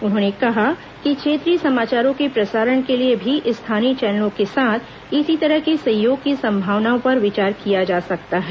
उन्होंने कहा कि क्षेत्रीय समाचारों के प्रसारण के लिए भी स्थानीय चैनलों के साथ इसी तरह के सहयोग की संभावनाओं पर विचार किया जा सकता है